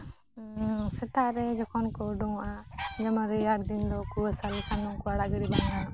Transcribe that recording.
ᱥᱮᱛᱟᱜ ᱨᱮ ᱡᱚᱠᱷᱚᱱ ᱠᱚ ᱩᱰᱩᱝᱚᱜᱼᱟ ᱡᱮᱢᱚᱱ ᱨᱮᱭᱟᱲ ᱫᱤᱱ ᱫᱚ ᱠᱩᱣᱟᱹᱥᱟ ᱞᱮᱠᱷᱟᱱ ᱩᱱᱠᱩ ᱟᱲᱟᱜ ᱜᱤᱲᱤ ᱵᱟᱝ ᱜᱟᱱᱚᱜᱼᱟ